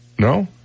No